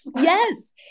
Yes